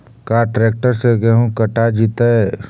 का ट्रैक्टर से गेहूं कटा जितै?